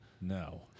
No